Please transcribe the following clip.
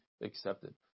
accepted